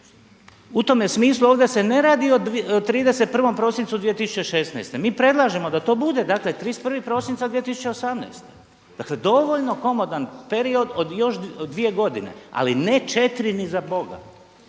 da to bude dakle 31. prosincu 2016. mi predlažemo da to bude dakle 31. prosinca 2018. Dakle dovoljno komotan period od 2 godine ali ne 4 ni za Boga